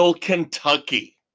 Kentucky